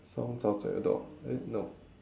someone's outside the door eh no